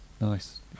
nice